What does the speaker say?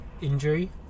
injury